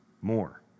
more